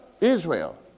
Israel